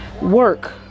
work